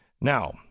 Now